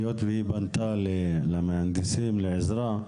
היות והיא פנתה למהנדסים לעזרה,